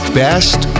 best